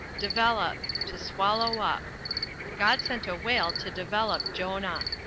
develop to swallow up god sent a whale to develop jonah.